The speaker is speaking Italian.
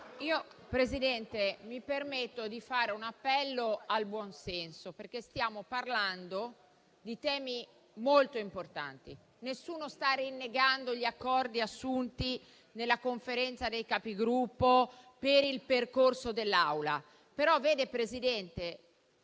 Presidente, mi permetto di fare un appello al buonsenso, perché stiamo parlando di temi molto importanti. Nessuno sta rinnegando gli accordi assunti nella Conferenza dei Capigruppo per il percorso dell'Aula, però vede, Presidente,